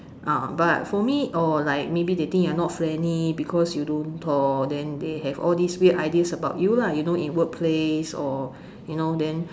ah but for me or like maybe they think you not friendly because you don't talk then they have all this weird ideas about you lah you know in work place or you know then